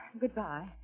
Goodbye